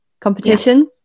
competition